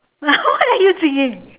now what are you singing